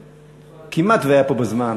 שכמעט היה פה בזמן,